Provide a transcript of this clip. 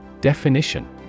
Definition